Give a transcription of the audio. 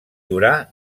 durar